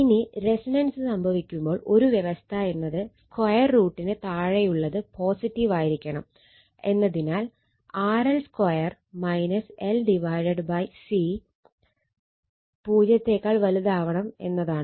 ഇനി റെസൊണൻസ് സംഭവിക്കുമ്പോൾ ഒരു വ്യവസ്ഥ എന്നത് സ്ക്വയർ റൂട്ടിന് താഴെയുള്ളത് പോസിറ്റീവായിരിക്കണം എന്നതിനാൽ RL2 L C 0 ആവണം എന്നതാണ്